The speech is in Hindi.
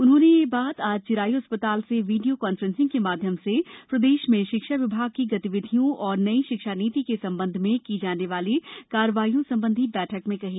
उन्होंने यह बात आज चिरायू अस्पताल से वीडियो कॉन्फ्रेंसिंग के माध्यम से प्रदेश में शिक्षा विभाग की गतिविधियों और नई शिक्षा नीति के संबंध में की जाने वाली कार्रवाईयों संबंधी बैठक में कही